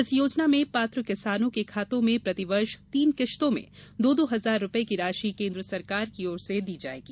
इस योजना में पात्र किसानों के खातों में प्रतिवर्ष तीन किश्तों में दो दो हजार रुपये की राशि केन्द्र सरकार की ओर से दी जायेगी